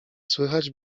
słychać